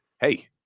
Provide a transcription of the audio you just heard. hey